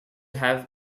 have